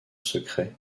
secret